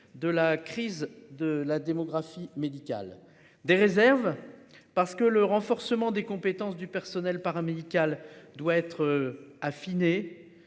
de la crise de la démographie médicale des réserves. Parce que le renforcement des compétences du personnel paramédical doit être affiné